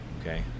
Okay